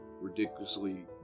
ridiculously